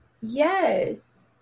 Yes